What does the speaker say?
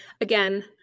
again